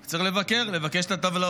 רק כשצריך לבקר, לבקש את הטבלאות,